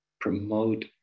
Promote